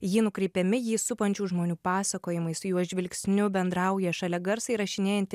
į jį nukreipiami jį supančių žmonių pasakojimai su jo žvilgsniu bendrauja šalia garsą įrašinėjanti